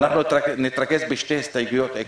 אנחנו נתרכז בשתי הסתייגויות עיקריות.